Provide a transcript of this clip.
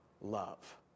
love